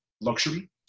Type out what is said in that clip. luxury